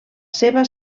seva